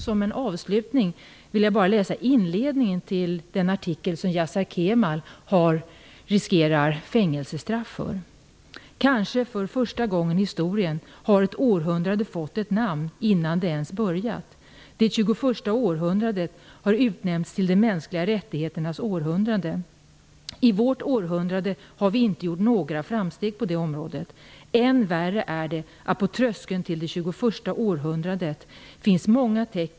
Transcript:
Som en avslutning vill jag läsa inledningen till den artikel som Yasar Kemal riskerar fängelsestraff för: "Kanske för första gången i historien har ett århundrade fått ett namn innan det ens börjat: Det tjugoförsta århundradet har utnämnts till ́de mänskliga rättigheternas århundrade ́. I vårt århundrade har vi inte gjort några framsteg på det området.